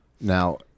Now